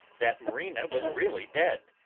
that marina was really dead,